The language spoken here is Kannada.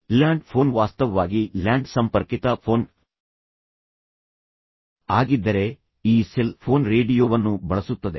ಲ್ಯಾಂಡ್ ಫೋನ್ ವಾಸ್ತವವಾಗಿ ಲ್ಯಾಂಡ್ ಸಂಪರ್ಕಿತ ಫೋನ್ ಆಗಿದ್ದರೆ ಈ ಸೆಲ್ ಫೋನ್ ರೇಡಿಯೊವನ್ನು ಬಳಸುತ್ತದೆ